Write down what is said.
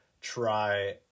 try